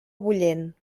bullent